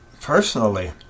personally